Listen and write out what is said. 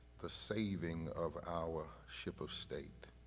the saving of our ship of state,